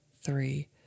three